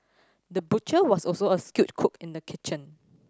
the butcher was also a skilled cook in the kitchen